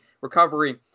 recovery